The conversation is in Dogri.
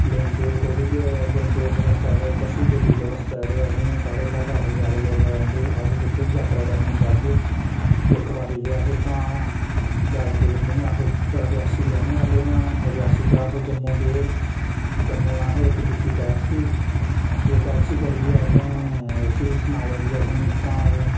लेंदे कुते लेंदे इस रस्ते ते दस्सीओड़दे दूआ रस्ता ते असेंई साढ़े कोला पैसे ज्यादा लेई लैंदे अस जित्थें बी यात्रा करने ई जाह्गे इक बारी गे अस इत्थां ज्यादा दूर नी अस रियासी दे रौह्ने आहले आं रियासी दा अस जम्मू गे जम्मू दा असें इक कीती टैक्सी ते टैक्सी करियै असें उसी सनाया कि असेंई इत्थां